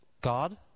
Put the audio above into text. God